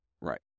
right